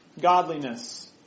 Godliness